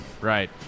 Right